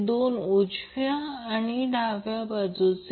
तर ते RL L ω आहे आणि ते RC XC आहे